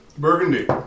Burgundy